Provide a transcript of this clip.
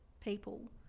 people